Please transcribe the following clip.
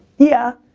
yeah,